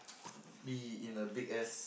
be in a big ass